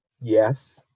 Yes